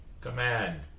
command